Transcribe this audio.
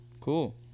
cool